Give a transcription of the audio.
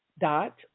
dot